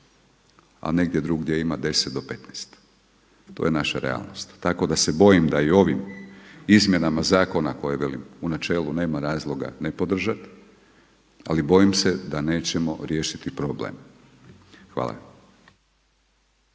a negdje drugdje ima 10 do 15, to je naša realnost. Tako da se bojim da i u ovim izmjenama zakona koje velim u načelu nema razloga nepodržati ali bojim se da nećemo riješiti problem. Hvala.